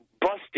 busted